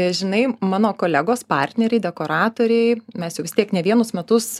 žinai mano kolegos partneriai dekoratoriai mes jau vis tiek ne vienus metus